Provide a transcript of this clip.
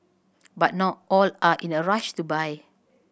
but not all are in a rush to buy